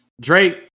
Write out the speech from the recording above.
Drake